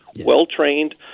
well-trained